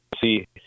see